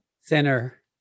Center